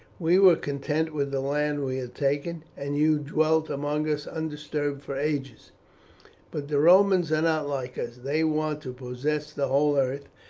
we were content with the land we had taken, and you dwelt among us undisturbed for ages but the romans are not like us, they want to possess the whole earth,